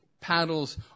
paddles